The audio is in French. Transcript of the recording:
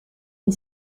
une